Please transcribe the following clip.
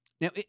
Now